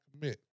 commit